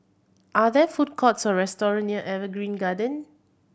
are there food courts or restaurant near Evergreen Garden